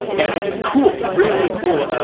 and it's cool really, really cool.